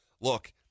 look